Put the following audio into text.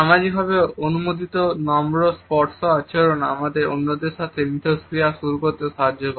সামাজিকভাবে অনুমোদিত নম্র স্পর্শ আচরণ আমাদের অন্যদের সাথে ইন্টারেকশন শুরু করতে সাহায্য করে